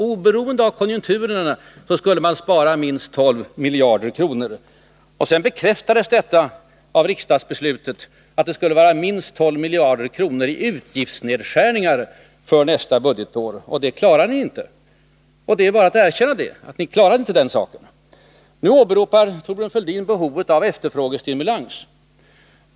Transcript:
Oberoende av konjunkturerna skulle man spara minst 12 miljarder kronor. Sedan bekräftades detta av riksdagsbeslutet i december, att det skulle vara minst 12 miljarder kronor i utgiftsnedskärningar för nästa budgetår. Det klarar ni inte — det är bara att erkänna det. Nu åberopar Thorbjörn Fälldin behovet av efterfrågestimulans.